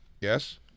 yes